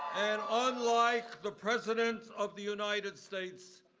um like the president of the united states,